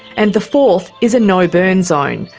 and the fourth is a no-burn zone,